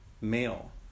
male